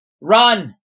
run